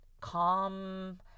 calm